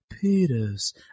peter's